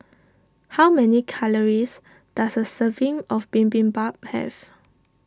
how many calories does a serving of Bibimbap have